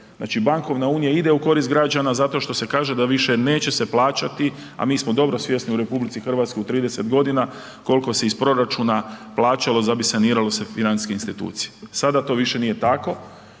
Znači bankovna unija ide u korist građana zato što se kaže da više neće se plaćati a mi smo dobro svjesni u RH u 30 g. koliko se iz proračuna plaćalo da bi saniralo se financijske institucije. Sada to više nije tako